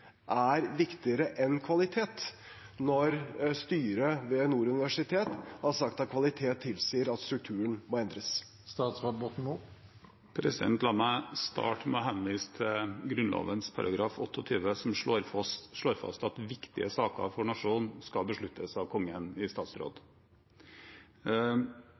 er viktigere enn kvalitet, når styret ved Nord universitet har sagt at kvalitet tilsier at strukturen må endres? La meg starte med å henvise til Grunnloven § 28, som slår fast at «saker av viktighet» for nasjonen skal besluttes av Kongen i statsråd.